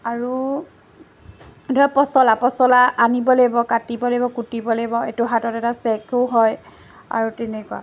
আৰু ধৰক পচলা পচলা আনিব লাগিব কাটিব লাগিব কুটিব লাগিব এইটো হাতত এটা চেকো হয় আৰু তেনেকুৱা